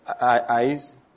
eyes